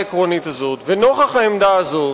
הזאת, ונוכח העמדה הזאת,